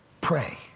Pray